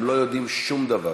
הם לא יודעים שום דבר.